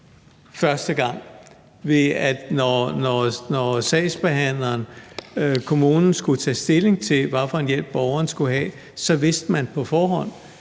første gang, ved at når kommunen skulle tage stilling til, hvilken hjælp borgeren skulle have, så vidste man på forhånd,